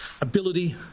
ability